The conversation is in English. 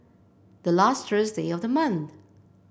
the last Thursday of the month